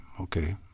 okay